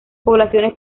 poblaciones